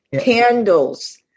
candles